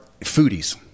foodies